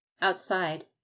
Outside